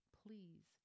please